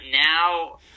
now